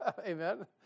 Amen